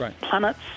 Planets